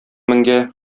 меңгә